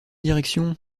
direction